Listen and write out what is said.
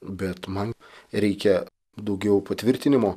bet man reikia daugiau patvirtinimo